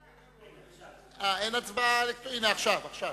הנה, עכשיו.